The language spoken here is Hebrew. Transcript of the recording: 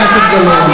חברת הכנסת גלאון,